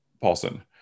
Paulson